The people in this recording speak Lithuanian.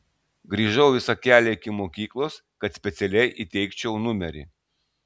grįžau visą kelią iki mokyklos kad specialiai įteikčiau numerį